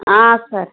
sir